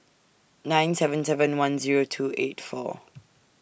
nine seven seven one Zero two eight four